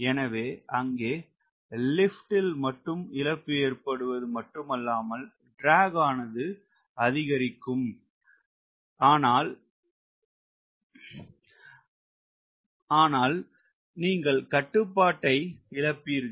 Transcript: எனவே அங்கே லிப்ட் ல் மட்டும் இழப்பு ஏற்படுவது மட்டுமல்லாமல் ட்ராக் ஆனது அதிகரிக்கும் அனால் நீங்கள் கட்டுப்பாட்டை இழப்பீர்கள்